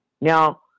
Now